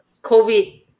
COVID